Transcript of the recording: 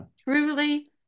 Truly